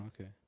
okay